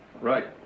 Right